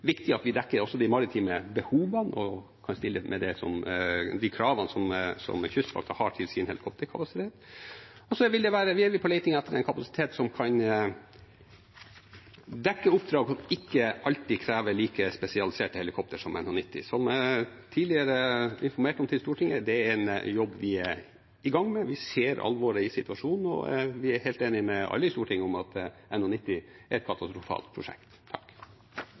viktig at vi dekker også de maritime behovene og kan oppfylle de kravene som Kystvakten har til sin helikopterkapasitet. Og så er vi på leting etter en kapasitet som kan dekke oppdrag som ikke alltid krever like spesialiserte helikoptre som NH90, og som jeg tidligere informerte Stortinget om; det er en jobb vi er i gang med. Vi ser alvoret i situasjonen, og vi er helt enige med alle i Stortinget om at NH90 er et katastrofalt prosjekt.